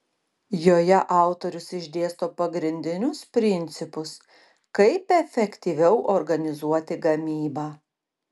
joje autorius išdėsto pagrindinius principus kaip efektyviau organizuoti gamybą